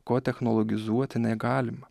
ko technologizuoti negalima